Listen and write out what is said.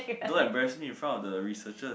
don't embarrassed me in front of the researchers